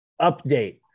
update